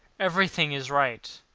everything is right,